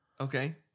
Okay